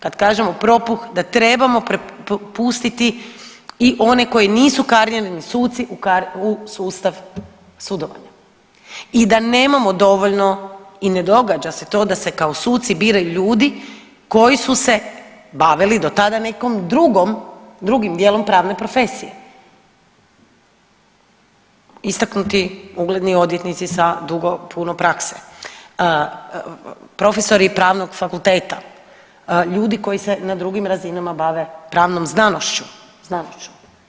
Kad kažemo propuh da trebamo pustiti i one koji nisu … suci u sustav sudovanja i da nemamo dovoljno i ne događa se to da se kao suci biraju ljudi koji su se bavili do tada nekom drugom drugim dijelom pravne profesije, istaknuti ugledni odvjetnici sa dugo puno prakse, profesori Pravnog fakulteta, ljudi koji se na drugim razinama bave pravnom znanošću, znanošću.